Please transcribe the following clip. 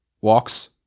walks